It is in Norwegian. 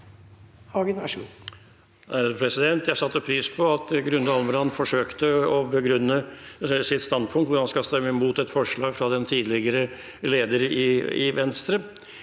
Jeg satte pris på at Grunde Almeland forsøkte å begrunne sitt standpunkt, hvor han skal stemme imot et forslag fra den tidligere leder i Venstre.